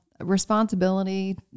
responsibility